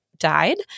died